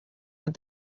but